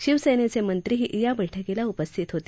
शिवसेनेचे मंत्रीही या बैठकीला उपस्थित होते